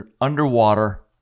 underwater